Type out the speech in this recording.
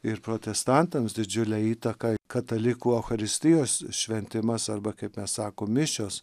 ir protestantams didžiulę įtaką katalikų eucharistijos šventimas arba kaip mes sakom mišios